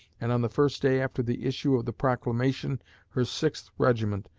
and on the first day after the issue of the proclamation her sixth regiment,